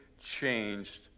changed